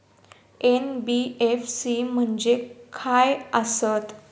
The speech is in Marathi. एन.बी.एफ.सी म्हणजे खाय आसत?